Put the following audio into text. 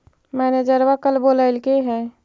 मैनेजरवा कल बोलैलके है?